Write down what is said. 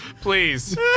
Please